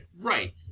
Right